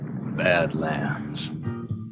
Badlands